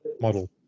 model